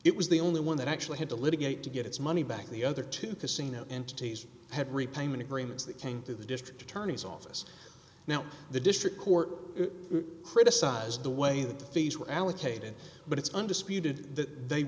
it was the only one that actually had to litigate to get its money back the other two casino entities had repayment agreements that came through the district attorney's office now the district court criticized the way the fees were allocated but it's undisputed that they